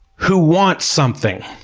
who wants something.